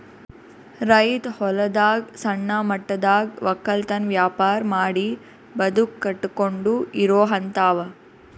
ರೈತ್ ಹೊಲದಾಗ್ ಸಣ್ಣ ಮಟ್ಟದಾಗ್ ವಕ್ಕಲತನ್ ವ್ಯಾಪಾರ್ ಮಾಡಿ ಬದುಕ್ ಕಟ್ಟಕೊಂಡು ಇರೋಹಂತಾವ